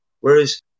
Whereas